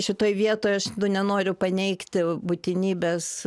šitoj vietoj aš nenoriu paneigti būtinybės